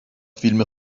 فیلم